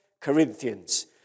Corinthians